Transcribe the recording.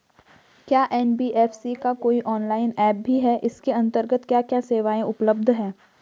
क्या एन.बी.एफ.सी का कोई ऑनलाइन ऐप भी है इसके अन्तर्गत क्या क्या सेवाएँ उपलब्ध हैं?